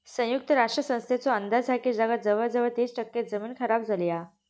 संयुक्त राष्ट्र संस्थेचो अंदाज हा की जगात जवळजवळ तीस टक्के जमीन खराब झाली हा